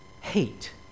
Hate